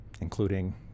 including